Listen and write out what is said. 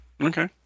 Okay